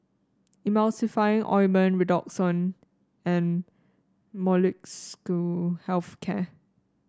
Emulsying Ointment Redoxon and Molnylcke Health Care